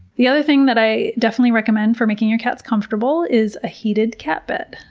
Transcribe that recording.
the other thing that i definitely recommend for making your cats comfortable is a heated cat bed.